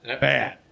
bad